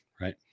right